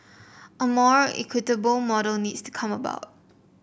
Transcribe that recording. a more equitable model needs to come about